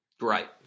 Right